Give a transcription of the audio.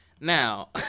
now